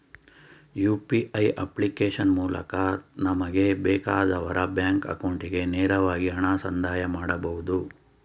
UPA application ಮೂಲಕ ನಮಗೆ ಬೇಕಾದವರ ಬ್ಯಾಂಕ್ ಅಕೌಂಟಿಗೆ ನೇರವಾಗಿ ಹಣ ಸಂದಾಯ ಮಾಡಬಹುದು